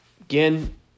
again